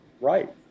Right